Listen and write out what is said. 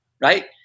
right